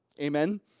Amen